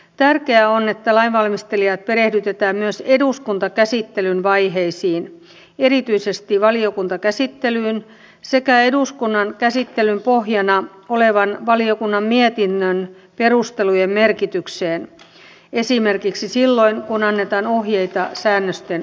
tärkeää on että lainvalmistelijat perehdytetään myös eduskuntakäsittelyn vaiheisiin erityisesti valiokuntakäsittelyyn sekä eduskunnan käsittelyn pohjana olevan valiokunnan mietinnön perustelujen merkitykseen esimerkiksi silloin kun annetaan ohjeita säännösten tulkinnasta